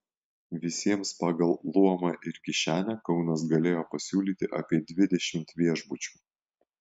visiems pagal luomą ir kišenę kaunas galėjo pasiūlyti apie dvidešimt viešbučių